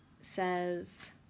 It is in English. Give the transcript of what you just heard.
says